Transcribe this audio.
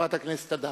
חברת הכנסת אדטו.